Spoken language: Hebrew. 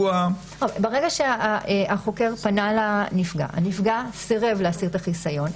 ברגע שהחוקר פגע לנפגע והוא סירב להסיר את החיסיון,